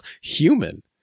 human